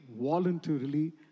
voluntarily